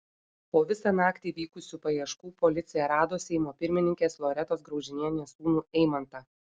po visą naktį vykusių paieškų policija rado seimo pirmininkės loretos graužinienės sūnų eimantą